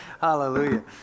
hallelujah